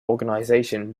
organisation